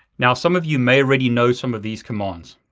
now some of you may already know some of these commands.